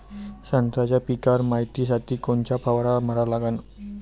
संत्र्याच्या पिकावर मायतीसाठी कोनचा फवारा मारा लागन?